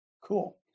Cool